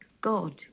God